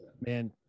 man